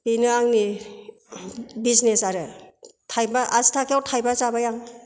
बेनो आंनि बिजनेस आरो थाइबा आसिथाखायाव थाइबा जाबाय आं